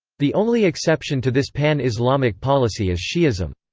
the only exception to this pan-islamic policy is shi'ism.